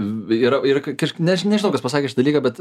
v yra ir kažk než nežinau kas pasakė šį dalyką bet